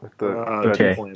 Okay